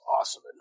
awesome